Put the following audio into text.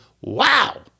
wow